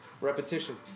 Repetition